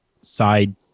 side